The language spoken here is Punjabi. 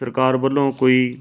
ਸਰਕਾਰ ਵੱਲੋਂ ਕੋਈ